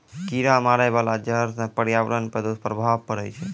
कीरा मारै बाला जहर सँ पर्यावरण पर दुष्प्रभाव पड़ै छै